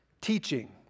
teaching